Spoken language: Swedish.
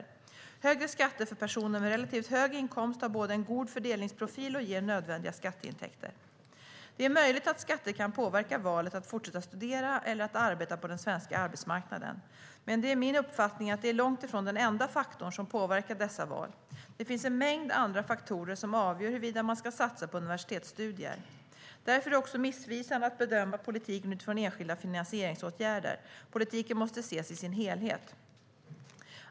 Högre skatter för personer med relativt hög inkomst har både en god fördelningsprofil och ger nödvändiga skatteintäkter. Det är möjligt att skatter kan påverka valet att fortsätta studera eller att arbeta på den svenska arbetsmarknaden, men det är min uppfattning att det är långt ifrån den enda faktorn som påverkar dessa val. Det finns en mängd andra faktorer som avgör huruvida man ska satsa på universitetsstudier. Därför är det också missvisande att bedöma politiken utifrån enskilda finansieringsåtgärder. Politiken måste ses i sin helhet.